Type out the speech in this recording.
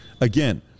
again